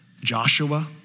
Joshua